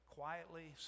quietly